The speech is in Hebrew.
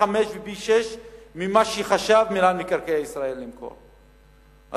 פי-חמישה ופי-שישה מכמה שחשב מינהל מקרקעי ישראל למכור את הקרקע.